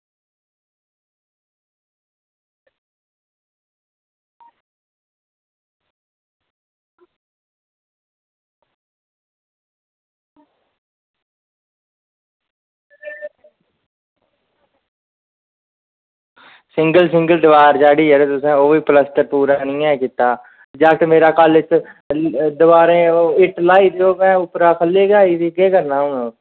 single single दवार चाढ़ियै तुसें ओह् बी प्लस्तर पूरा निं ऐ कीते दा जागत मेरा कल इक दवारा दी ओह् इट्ट ल्हाई ते ओह् भैं उप्परा खल्लै ई गै आई दी केह् करना हून